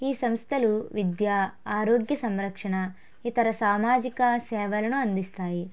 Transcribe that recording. ఈ సంస్థలు విద్య ఆరోగ్య సంరక్షణ ఇతర సామజిక సేవలను అందిస్తాయి